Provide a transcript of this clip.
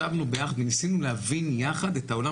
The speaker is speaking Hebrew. ישבנו ביחד וניסינו להבין יחד את עולם